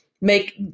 make